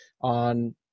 on